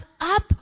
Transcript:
up